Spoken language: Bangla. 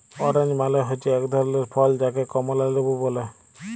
অরেঞ্জ মালে হচ্যে এক ধরলের ফল যাকে কমলা লেবু ব্যলে